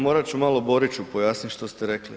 Morat ću malo Boriću pojasniti što ste rekli.